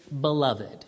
beloved